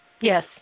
Yes